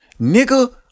Nigga